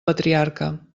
patriarca